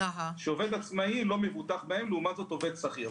עובד עצמאי לא מבוטח בהם לעומת עובד שכיר.